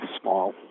small